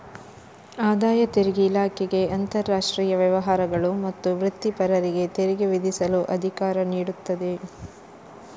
ಆದಾಯ ತೆರಿಗೆ ಇಲಾಖೆಗೆ ಅಂತರಾಷ್ಟ್ರೀಯ ವ್ಯವಹಾರಗಳು ಮತ್ತು ವೃತ್ತಿಪರರಿಗೆ ತೆರಿಗೆ ವಿಧಿಸಲು ಅಧಿಕಾರ ನೀಡುತ್ತದೆ